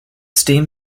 steam